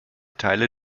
teile